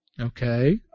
Okay